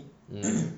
mm